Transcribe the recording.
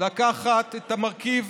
לקחת את המרכיב